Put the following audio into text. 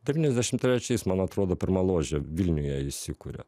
devyniasdešim trečiais man atrodo pirma ložė vilniuje įsikuria